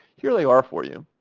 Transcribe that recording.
here they are for you.